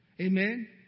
amen